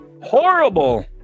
Horrible